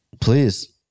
Please